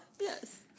Yes